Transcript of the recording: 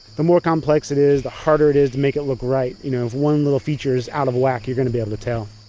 the more complex it is the harder it is to make it look right you know, if one little feature is out of whack you're gonna be able to tell.